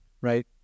right